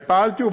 ופעלתי,